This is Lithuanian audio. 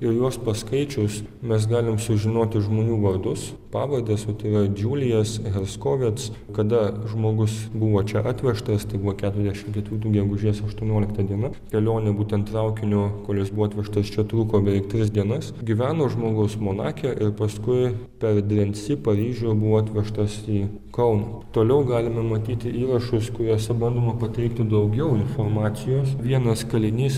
ir juos paskaičius mes galim sužinoti žmonių vardus pavardes o tai yra džiulijas herskovec kada žmogus buvo čia atvežtas tai buvo keturiasdešimt ketvirtų gegužės aštuoniolikta diena kelionė būtent traukiniu kuris buvo atvežtas čia truko beveik tris dienas gyveno žmogus monake ir paskui per drensi paryžių buvo atvežtas į kauną toliau galime matyti įrašus kuriuose bandoma pateikti daugiau informacijos vienas kalinys